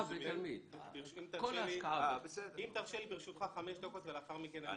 אם תרשה לי ברשותך חמש דקות ולאחר מכן.